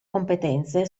competenze